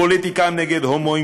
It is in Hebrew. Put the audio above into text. פוליטיקאים נגד הומואים,